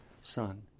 son